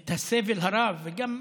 את הסבל הרב, גם הנפשי,